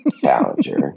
Challenger